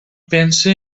pense